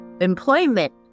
employment